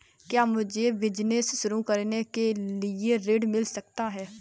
क्या मुझे बिजनेस शुरू करने के लिए ऋण मिल सकता है?